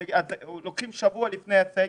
לוקחים שבוע לפני הסגר,